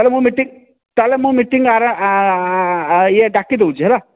ତାହେଲେ ମୁଁ ମିଟିଙ୍ଗ ତାହେଲେ ମୁଁ ମିଟିଙ୍ଗ ଆ ଆ ଏ ଡାକି ଦେଉଛି ହେଲା